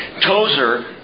tozer